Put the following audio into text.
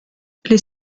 les